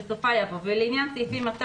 בסופה יבוא "ולעניין סעיפים 200,